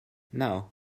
now